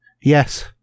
Yes